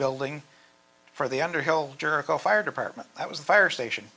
building for the underhill jerko fire department that was the fire station